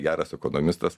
geras ekonomistas